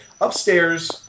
Upstairs